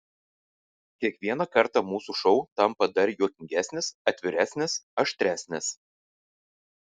kiekvieną kartą mūsų šou tampa dar juokingesnis atviresnis aštresnis